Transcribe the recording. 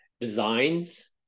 designs